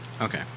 Okay